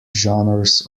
genres